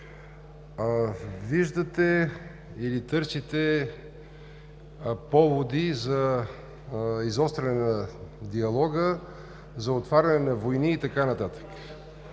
Виждате или търсите поводи за изостряне на диалога, за отваряне на войни и така нататък.